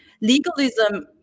Legalism